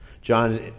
John